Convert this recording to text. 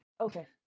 Okay